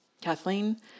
Kathleen